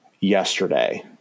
yesterday